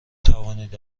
توانید